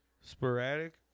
sporadic